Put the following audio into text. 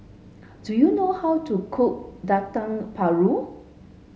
do you know how to cook Dendeng Paru